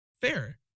fair